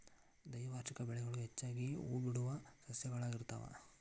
ದ್ವೈವಾರ್ಷಿಕ ಬೆಳೆಗಳು ಹೆಚ್ಚಾಗಿ ಹೂಬಿಡುವ ಸಸ್ಯಗಳಾಗಿರ್ತಾವ